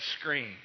screen